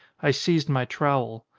i seized my trowel.